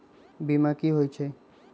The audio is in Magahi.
बीमा कि होई छई?